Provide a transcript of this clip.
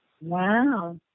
Wow